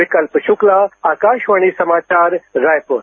विकल्प शुक्ला आकाशवाणी समाचार रायपुर